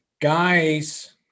Guys